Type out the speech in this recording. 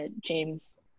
james